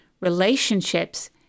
relationships